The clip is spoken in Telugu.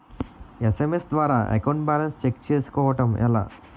ఎస్.ఎం.ఎస్ ద్వారా అకౌంట్ బాలన్స్ చెక్ చేసుకోవటం ఎలా?